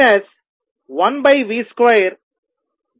1v22Tt20